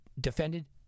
defended